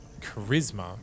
charisma